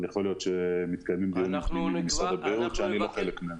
יכול להיות שמתקיימים דיונים פנימיים במשרד הבריאות שאני לא חלק מהם.